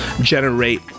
Generate